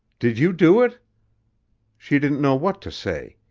did you do it she didn't know what to say.